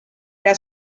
era